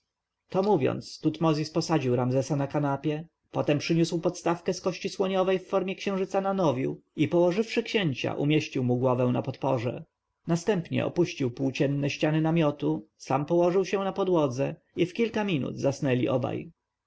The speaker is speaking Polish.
to mówiąc tutmozis posadził ramzesa na kanapie potem przyniósł podstawkę z kości słoniowej w formie księżyca na nowiu i położywszy księcia umieścił mu głowę na podporze następnie opuścił płócienne ściany namiotu sam położył się na podłodze i w kilka minut zasnęli obaj